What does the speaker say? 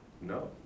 No